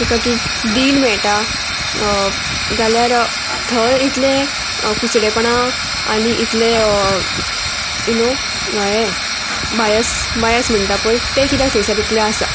तुका ती डील मेळटा जाल्यार थंय इतलें कुसडेपणां आनी इतलें यु नो यें बायस बायस म्हणटा पय तें कित्याक थंयसर तितलें आसा